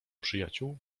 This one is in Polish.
przyjaciół